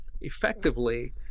effectively